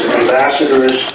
ambassadors